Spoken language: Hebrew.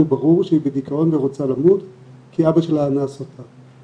ברור שהיא בדיכאון ורוצה למות כי אבא שלה אנס אותה.